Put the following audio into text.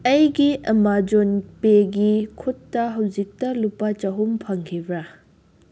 ꯑꯩꯒꯤ ꯑꯃꯥꯖꯣꯟ ꯄꯦꯒꯤ ꯈꯨꯠꯇ ꯍꯧꯖꯤꯛꯇ ꯂꯨꯄꯥ ꯆꯍꯨꯝ ꯐꯪꯈꯤꯕ꯭ꯔꯥ